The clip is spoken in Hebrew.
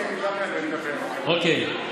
אוקיי.